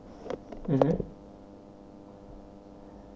mmhmm